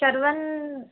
Sharvan